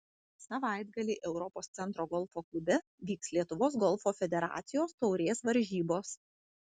savaitgalį europos centro golfo klube vyks lietuvos golfo federacijos taurės varžybos